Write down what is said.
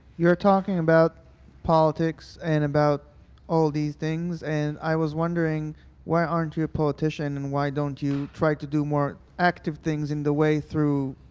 you're talking about politics and about all of these things, and i was wondering why aren't you a politician and why don't you try to do more active things in the way through,